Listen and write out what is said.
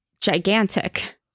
gigantic